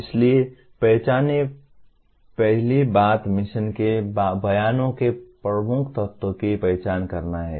इसलिए पहचानें पहली बात मिशन के बयानों के प्रमुख तत्वों की पहचान करना है